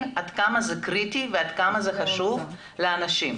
עד כמה זה קריטי וכמה זה חשוב לאנשים.